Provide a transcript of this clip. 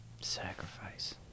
Sacrifice